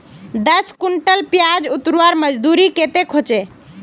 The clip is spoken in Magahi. दस कुंटल प्याज उतरवार मजदूरी कतेक होचए?